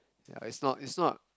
ya it's not it's not